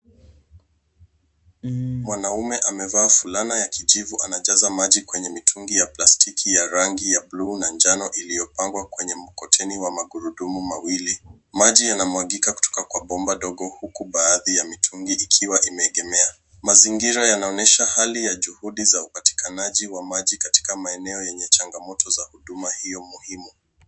Mwanamume amevaa fulana ya kijivu anajaza maji kwenye mitungi ya plastiki ya rangi ya bluu na njano iliyopangwa kwenye mkokoteni wa magurudumu mawili. Maji yanamwagika kutoka kwa bomba dogo huku baadhi ya mitungi ikiwa imeegemea. Mazingira yanaonyesha hali ya juhudi za upatikanaji wa maji katika maeneo yenye changamoto za huduma hiyo muhimu.